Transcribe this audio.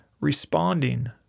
responding